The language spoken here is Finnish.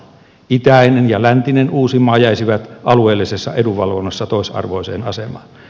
itäinen ja läntinen uusimaa jäisivät alueellisessa edunvalvonnassa toisarvoiseen asemaan